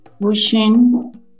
pushing